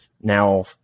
Now